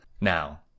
Now